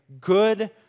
good